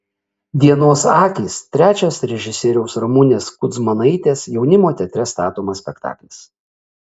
dienos akys trečias režisierės ramunės kudzmanaitės jaunimo teatre statomas spektaklis